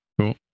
Cool